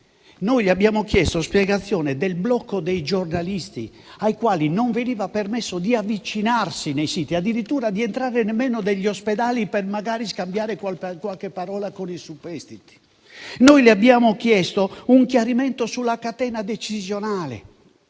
Noi le abbiamo chiesto spiegazione del blocco dei giornalisti ai quali non veniva permesso di avvicinarsi ai siti, addirittura nemmeno di entrare negli ospedali per scambiare magari qualche parola con i superstiti. Noi le abbiamo chiesto un chiarimento sulla catena decisionale,